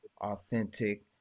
authentic